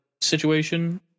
situation